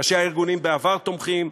ראשי הארגונים בעבר תומכים,